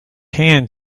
hand